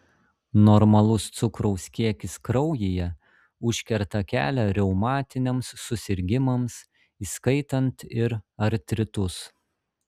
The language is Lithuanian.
normalus cukraus kiekis kraujyje užkerta kelią reumatiniams susirgimams įskaitant ir artritus